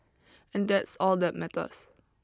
and that's all that matters